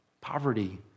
Poverty